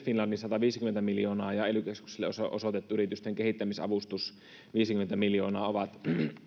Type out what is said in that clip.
finlandin sataviisikymmentä miljoonaa ja ely keskuksille osoitettu yritysten kehittämisavustus viisikymmentä miljoonaa ovat